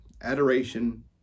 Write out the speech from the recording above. Adoration